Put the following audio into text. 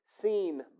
seen